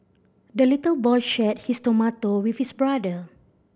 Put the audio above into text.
the little boy shared his tomato with his brother